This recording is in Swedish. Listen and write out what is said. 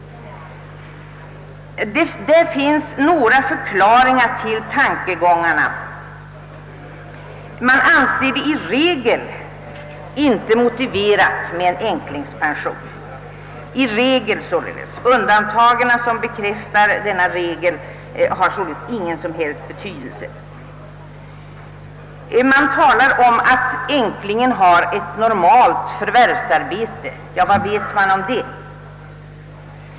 Det finns några förklaringar till tankegångarna. Man anser det i regel inte motiverat med en änklingspension. Undantagen som bekräftar denna regel har således ingen som helst betydelse. Man talar om att änklingen har ett normalt förvärvsarbete. Vad vet man om det?